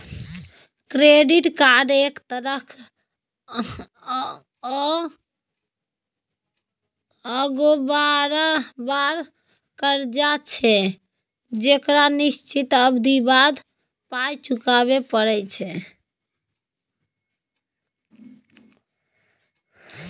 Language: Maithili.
क्रेडिट कार्ड एक तरहक अगोबार करजा छै जकरा निश्चित अबधी बाद पाइ घुराबे परय छै